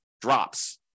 drops